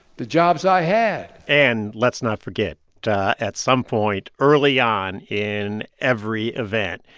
the jobs i had and let's not forget at some point early on in every event,